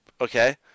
Okay